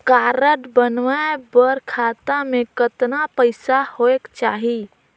Card बनवाय बर खाता मे कतना पईसा होएक चाही?